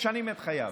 אנחנו משנים את חייו.